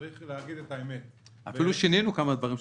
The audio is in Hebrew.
צריך להגיד את האמת -- אפילו שינינו כמה דברים.